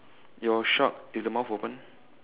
your shark is the mouth open